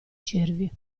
cervi